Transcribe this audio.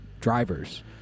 drivers